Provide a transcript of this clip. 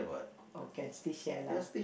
oh can still share lah